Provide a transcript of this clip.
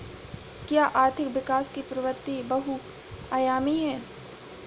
क्या आर्थिक विकास की प्रवृति बहुआयामी है?